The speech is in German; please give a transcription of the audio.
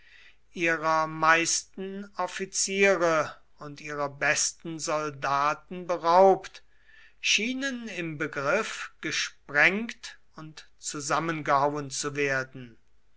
ihrer meisten offiziere und ihrer besten soldaten beraubt schienen im begriff gesprengt und zusammengehauen zu werden